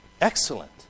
Excellent